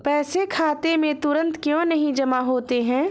पैसे खाते में तुरंत क्यो नहीं जमा होते हैं?